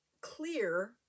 clear